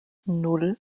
nan